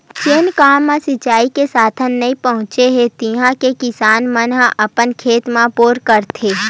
जेन गाँव म सिचई के साधन नइ पहुचे हे तिहा के किसान मन ह अपन खेत म बोर करवाथे